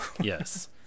Yes